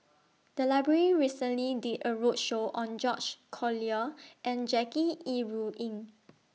The Library recently did A roadshow on George Collyer and Jackie Yi Ru Ying